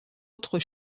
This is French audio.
autres